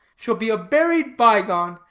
shall be a buried by-gone,